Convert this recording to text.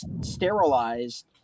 sterilized